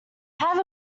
have